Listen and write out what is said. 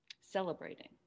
celebrating